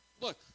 Look